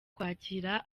kwakira